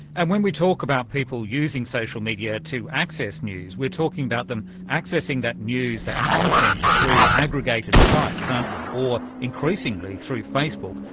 and when we talk about people using social media to access news, we are talking about them accessing that news, that content through aggregated sites, aren't we, or increasingly through facebook,